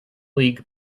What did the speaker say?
league